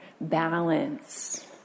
balance